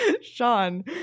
Sean